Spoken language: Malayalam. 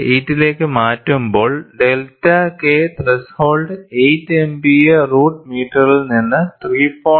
8 ലേക്ക് മാറ്റുമ്പോൾ delta K threshold 8 MPa root മീറ്ററിൽ നിന്ന് 3